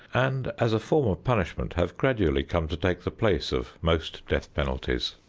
and as a form of punishment have gradually come to take the place of most death penalties.